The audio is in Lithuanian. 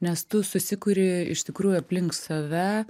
nes tu susikuri iš tikrųjų aplink save